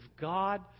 God